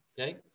okay